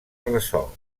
ressò